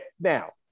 now